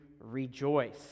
rejoice